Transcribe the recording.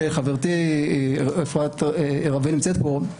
וחברתי יפעת רווה נמצאת פה,